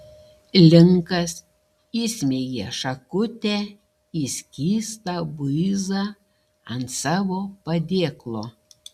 linkas įsmeigė šakutę į skystą buizą ant savo padėklo